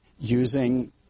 using